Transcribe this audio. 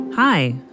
Hi